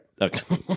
Okay